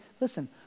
listen